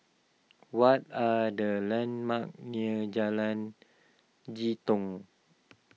what are the landmarks near Jalan Jitong